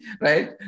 right